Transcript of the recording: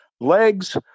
Legs